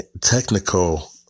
technical